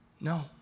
No